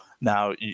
now